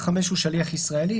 (5) הוא שליח ישראלי,